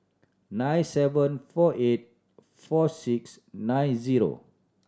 nine seven four eight four six nine zero